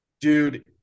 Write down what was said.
Dude